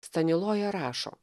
staniloja rašo